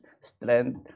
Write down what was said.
strength